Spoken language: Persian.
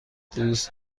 دوست